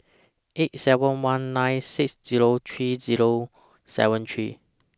eight seven one nine six Zero three Zero seven three